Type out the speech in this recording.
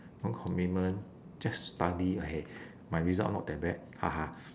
no commitment just study okay my result not that bad haha